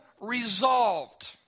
resolved